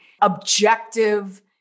objective